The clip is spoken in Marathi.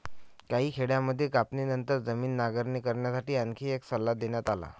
काही खेड्यांमध्ये कापणीनंतर जमीन नांगरणी करण्यासाठी आणखी एक सल्ला देण्यात आला